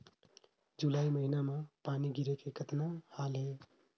जुलाई महीना म पानी गिरे के कतना हाल हे?